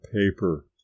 paper